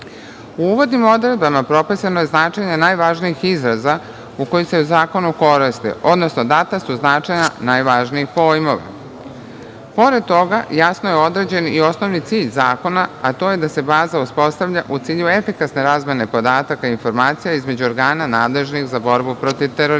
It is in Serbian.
uvodnim odredbama propisano je značenje najvažnijih izraza koji se u zakonu koriste, odnosno data su značenja najvažnijih pojmova. Pored toga, jasno je određen i osnovni cilj zakona, a to je da se baza uspostavlja u cilju efikasne razmene podataka informacija između organa nadležnih za borbu protiv terorizma. Centralni